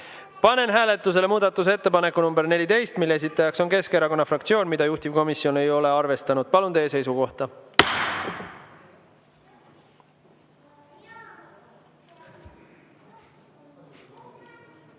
Panen hääletusele muudatusettepaneku nr 14, mille esitaja on [Eesti] Keskerakonna fraktsioon ja mida juhtivkomisjon ei ole arvestanud. Palun teie seisukohta!